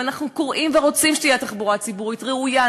ואנחנו קוראים ורוצים שתהיה תחבורה ציבורית ראויה,